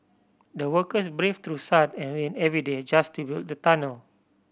the workers braved through sun and rain every day just to build the tunnel